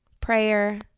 prayer